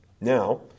Now